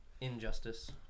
Injustice